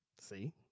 See